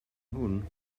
hwn